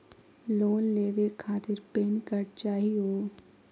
Loan लेवे खातीर PAN card चाहियो?